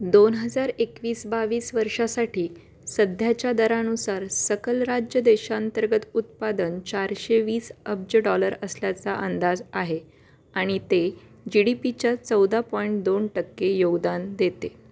दोन हजार एकवीस बावीस वर्षासाठी सध्याच्या दरानुसार सकल राज्य देशांतर्गत उत्पादन चारशे वीस अब्ज डॉलर असल्याचा अंदाज आहे आणि ते जी डी पीच्या चौदा पॉईंट दोन टक्के योगदान देते